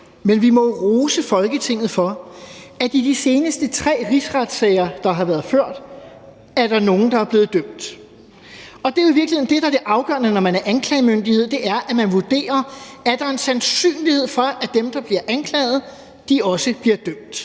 men vi må rose Folketinget for, at i de seneste tre rigsretssager, der har været ført, er der nogen, der er blevet dømt, og det, der jo i virkeligheden er det afgørende, når man er anklagemyndighed, er, at man vurderer: Er der en sandsynlighed for, at dem, der bliver anklaget, også bliver dømt?